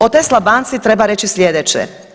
O Tesla banci treba reći slijedeće.